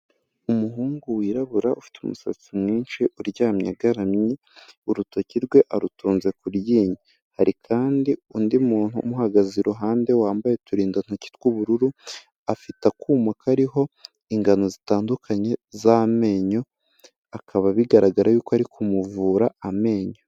Umuhungu wirabura ufite umusatsi mwinshi uryamye agaramye, urutoki rwe arutunze ku ryinyo, hari kandi undi muntu umuhagaze iruhande, wambaye uturindantoki tw'ubururu, afite akuma kariho ingano zitandukanye z'amenyo, akaba bigaragara y'uko ari kumuvura amenyo.